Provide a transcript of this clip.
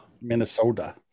Minnesota